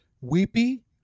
weepy